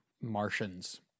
Martians